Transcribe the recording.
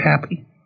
happy